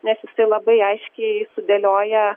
nes jisai labai aiškiai sudėlioja